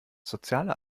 soziale